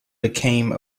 became